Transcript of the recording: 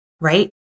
right